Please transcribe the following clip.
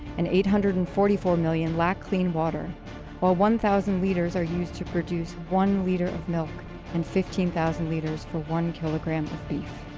and eight hundred and forty four million lack clean water while one thousand litres are used to produce one litre of milk and fifteen thousand litres for one kilogram of beef.